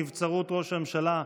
נבצרות ראש הממשלה).